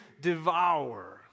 devour